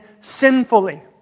sinfully